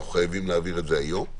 אנחנו חייבים להעביר את זה היום.